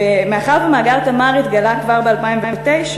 מאחר שמאגר "תמר" התגלה כבר ב-2009,